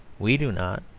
we do not.